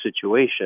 situation